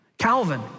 Calvin